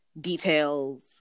details